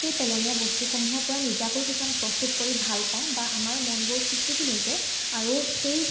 সেই পেলনীয়া বস্তুসমূহৰ পৰা নিজাকৈ কিছুমান প্ৰস্তুত কৰি ভাল পাওঁ বা আমাৰ মনবোৰ সৃষ্টিশীল হৈছে আৰু সেই